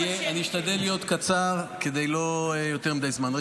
אשתדל להיות קצר כדי לא לדבר יותר מדי זמן.